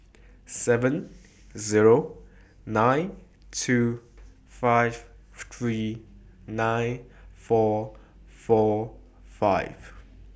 seven Zero nine two five three nine four four five